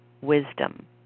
wisdom